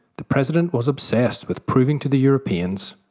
the president was obsessed with proving to the europeans,